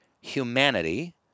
humanity